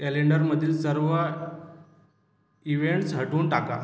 कॅलेंडरमधील सर्व इवेंट्स हटवून टाका